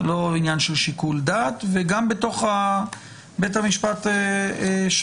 זה לא עניין של שיקול דעת וגם בתוך בית משפט השלום,